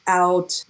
out